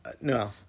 no